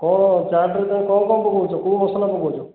କ'ଣ ଚାଟ୍ରେ ତମେ କ'ଣ କ'ଣ ପକାଉଛ କେଉଁ ମସଲା ପକଉଛ